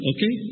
Okay